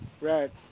Right